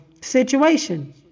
situation